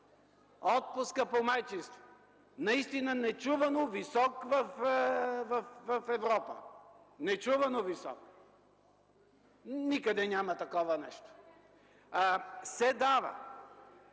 Отпускът по майчинство – наистина нечувано висок в Европа, нечувано висок, никъде няма такова нещо – се дава,